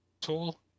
tool